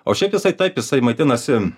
o šiaip jisai taip jisai maitinasi